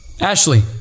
Ashley